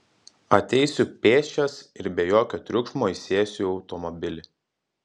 ateisiu pėsčias ir be jokio triukšmo įsėsiu į automobilį